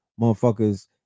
motherfuckers